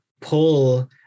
pull